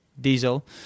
diesel